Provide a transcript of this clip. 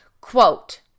quote